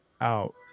out